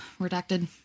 Redacted